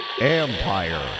Empire